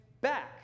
back